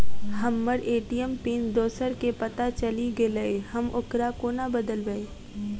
हम्मर ATM PIN दोसर केँ पत्ता चलि गेलै, हम ओकरा कोना बदलबै?